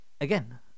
again